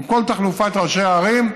עם כל תחלופת ראשי הערים,